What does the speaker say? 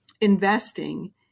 investing